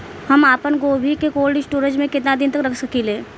हम आपनगोभि के कोल्ड स्टोरेजऽ में केतना दिन तक रख सकिले?